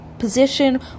position